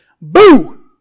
boo